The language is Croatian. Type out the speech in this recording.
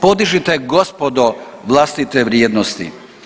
Podižite gospodo vlastite vrijednosti.